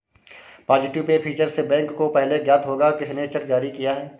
positive pay feature से bank को पहले ज्ञात होगा किसने चेक जारी किया है